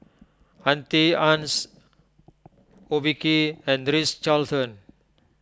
Auntie Anne's Obike and Ritz Carlton